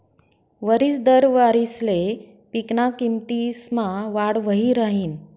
वरिस दर वारिसले पिकना किमतीसमा वाढ वही राहिनी